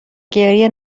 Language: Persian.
گریه